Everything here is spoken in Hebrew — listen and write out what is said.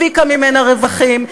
הפיקה ממנה רווחים,